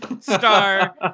Star